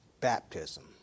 baptism